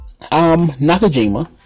Nakajima